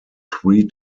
three